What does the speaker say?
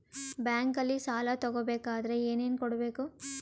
ಬ್ಯಾಂಕಲ್ಲಿ ಸಾಲ ತಗೋ ಬೇಕಾದರೆ ಏನೇನು ಕೊಡಬೇಕು?